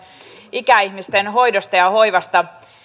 ikäihmisten hoidosta ja hoivasta